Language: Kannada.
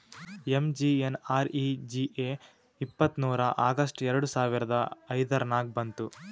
ಎಮ್.ಜಿ.ಎನ್.ಆರ್.ಈ.ಜಿ.ಎ ಇಪ್ಪತ್ತ್ಮೂರ್ ಆಗಸ್ಟ್ ಎರಡು ಸಾವಿರದ ಐಯ್ದುರ್ನಾಗ್ ಬಂತು